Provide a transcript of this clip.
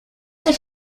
ser